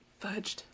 Fudged